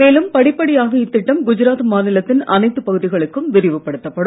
மேலும் படிப்படியாக இத்திட்டம் குஜராத் மாநிலத்தின் அனைத்து பகுதிகளுக்கும் விரிவுப்படுத்தப்படும்